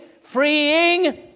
freeing